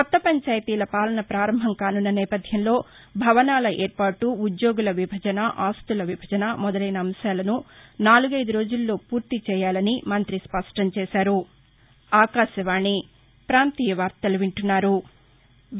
కొత్త పంచాయతీల పాలన పారంభం కాసున్న నేపథ్యంలో భవనాల ఏర్పాటు ఉద్యోగుల విభజన ఆస్తుల విభజన మొదలైన అంశాలను నాలుగైదు రోజుల్లోపు పూర్తిచేయాలని మంతి స్పష్టంచేశారు